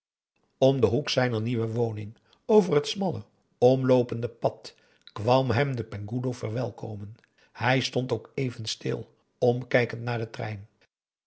om den hoek zijner nieuwe woning over het smalle omloopende pad kwam hem de penghoeloe verwelkomen hij stond ook even stil omkijkend naar den trein